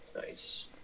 Nice